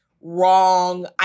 wrong